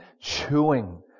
chewing